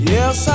Yes